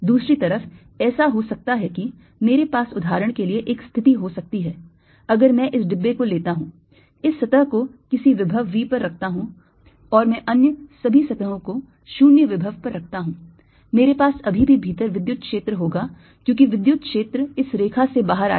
दूसरी तरफ ऐसा हो सकता है कि मेरे पास उदाहरण के लिए एक स्थिति हो सकती है अगर मैं इस डिब्बे को लेता हूं इस सतह को किसी विभव V पर रखता हूं और मैं अन्य सभी सतहों को 0 विभव पर रखता हूं मेरे पास अभी भी भीतर विद्युत क्षेत्र होगा क्योंकि विद्युत क्षेत्र इस रेखा से बाहर आएगा